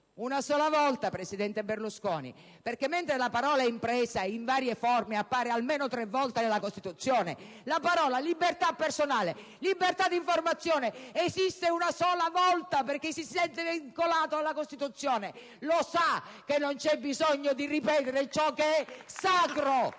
una sola volta, presidente Berlusconi, perché mentre la parola «impresa», in varie forme, appare almeno tre volte nella Costituzione, le parole «libertà personale» e «libertà d'informazione» esistono una sola volta perché chi si sente vincolato alla Costituzione lo sa che non c'è bisogno di ripetere ciò che è sacro!